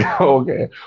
Okay